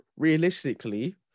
Realistically